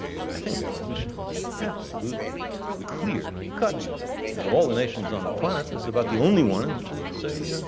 but i think evolution is absolutely clear cut and of all the nations in um the planet, this is about the only one which is, say,